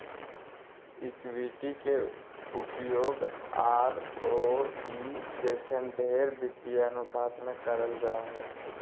equity के उपयोग ROE जइसन ढेर वित्तीय अनुपात मे करल जा हय